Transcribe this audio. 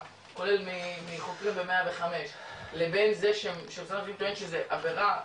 כולל מחוקרים ב-105 לבין זה שמשרד המשפטים טוען שזה עבירה,